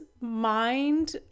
mind